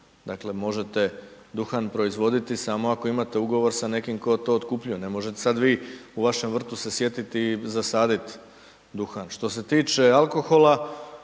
dakle, možete duhan proizvoditi samo ako imate ugovor sa nekim tko to otkupljuje, ne možete sad vi u vašem vrtu se sjetiti i zasadit duhan. Što se tiče alkohola,